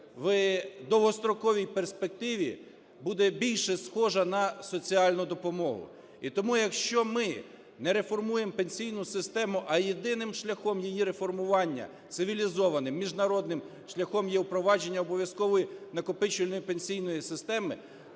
в довгостроковій перспективі буде більше схожа на соціальну допомогу. І тому, якщо ми не реформуємо пенсійну систему, а єдиним шляхом її реформування, цивілізованим, міжнародним шляхом є впровадження обов'язкової накопичувальної пенсійної системи,